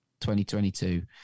2022